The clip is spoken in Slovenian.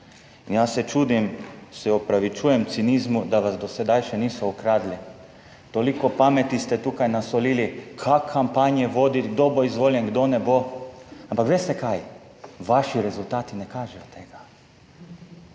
In jaz se čudim, se opravičujem cinizmu, da vas do sedaj še niso ukradli. Toliko pameti ste tukaj nasolili, kampanje voditi kdo bo izvoljen kdo ne bo, ampak veste kaj, vaši rezultati ne kažejo tega.